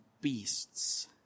beasts